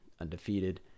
undefeated